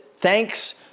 thanks